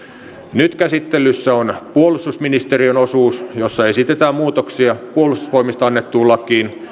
nyt käsittelyssä on puolustusministeriön osuus jossa esitetään muutoksia puolustusvoimista annettuun lakiin